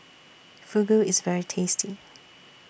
Fugu IS very tasty